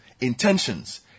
intentions